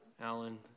Alan